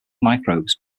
microbes